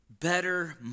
Better